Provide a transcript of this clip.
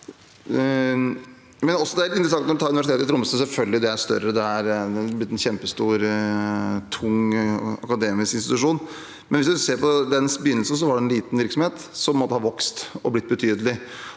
Det er interessant når en tar Universitetet i Tromsø, som selvfølgelig er større. Det har blitt en kjempestor, tung akademisk institusjon, men hvis man ser på dets begynnelse, var det en liten virksomhet. Den har vokst og blitt betydelig.